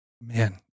man